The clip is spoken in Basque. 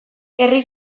herri